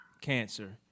cancer